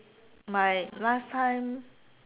my last time